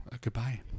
goodbye